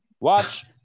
Watch